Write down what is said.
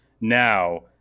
now